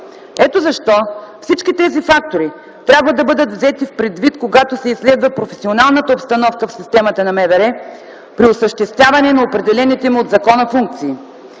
Ето защо всички тези фактори трябва да бъдат взети предвид, когато се изследва професионалната обстановка в системата на МВР при осъществяване на определените им от закона функции.